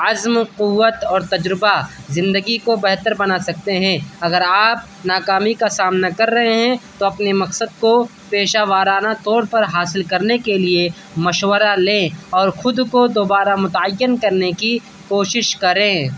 عزم قوت اور تجربہ زندگی کو بہتر بنا سکتے ہیں اگر آپ ناکامی کا سامنا کر رہے ہیں تو اپنے مقصد کو پیشہ ورانہ طور پر حاصل کرنے کے لیے مشورہ لیں اور خود کو دوبارہ متعین کرنے کی کوشش کریں